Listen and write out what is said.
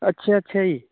ਅੱਛਾ ਅੱਛਾ ਜੀ